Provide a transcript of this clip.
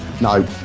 No